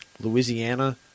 Louisiana